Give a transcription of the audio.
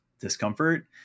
discomfort